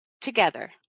together